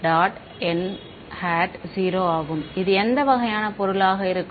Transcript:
zero ஆகும் இது எந்த வகையான பொருளாக இருக்கும்